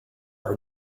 are